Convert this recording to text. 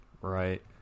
right